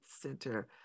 Center